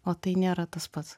o tai nėra tas pats